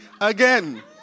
again